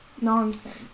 Nonsense